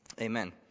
Amen